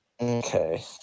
Okay